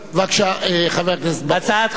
קח את